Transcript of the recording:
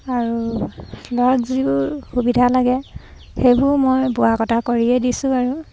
আৰু ল'ৰাক যিবোৰ সুবিধা লাগে সেইবোৰ মই বোৱা কটা কৰিয়েই দিছোঁ আৰু